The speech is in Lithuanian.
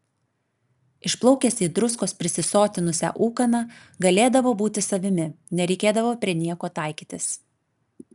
išplaukęs į druskos prisisotinusią ūkaną galėdavo būti savimi nereikėdavo prie nieko taikytis